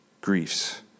griefs